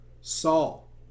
Saul